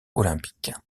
olympique